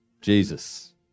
Jesus